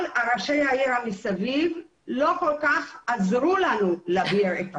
ראשי העיר מסביב לא כל כך עזרו לנו להעביר.